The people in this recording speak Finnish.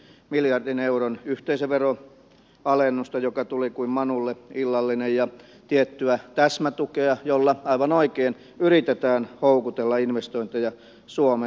esimerkiksi miljardin euron yhteisöveroalennus joka tuli kuin manulle illallinen on aivan eri asia kuin tietty täsmätuki jolla aivan oikein yritetään houkutella investointeja suomeen